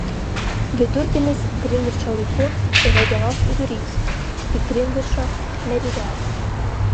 vidurdienis grinvičo laiku yra dienos vidurys tik grinvičo meridiane